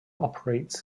operates